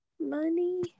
money